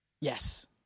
yes